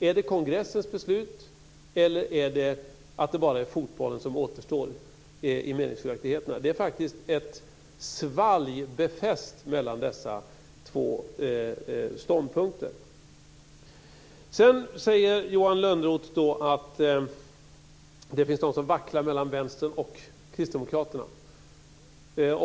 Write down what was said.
Är det kongressens beslut eller är det bara fotbollen som återstår i meningsskiljaktigheter? Det finns ett befäst svalg mellan dessa två ståndpunkter. Johan Lönnroth säger att det finns de som vacklar mellan Vänstern och Kristdemokraterna.